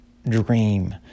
dream